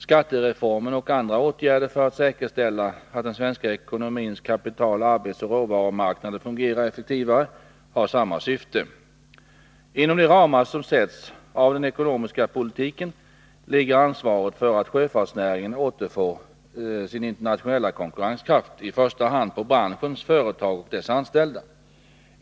Skattereformen och andra åtgärder för att säkerställa att den svenska ekonomins kapital-, arbetsoch råvarumarknader fungerar effektivare har samma syfte. Inom de ramar som sätts av den ekonomiska politiken ligger ansvaret för att sjöfartsnäringen återfår sin internationella konkurrenskraft i första hand på branschens företag och dess anställda.